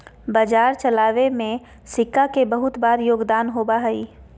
बाजार चलावे में सिक्का के बहुत बार योगदान होबा हई